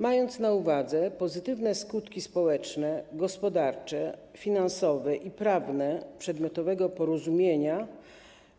Mając na uwadze pozytywne skutki społeczne, gospodarcze, finansowe i prawne przedmiotowego porozumienia,